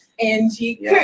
Angie